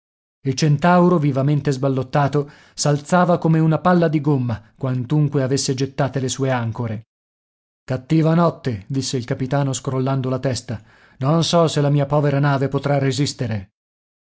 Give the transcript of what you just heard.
il centauro vivamente sballottato s'alzava come una palla di gomma quantunque avesse gettate le sue ancore cattiva notte disse il capitano scrollando la testa non so se la mia povera nave potrà resistere